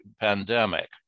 pandemic